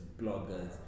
bloggers